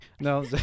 No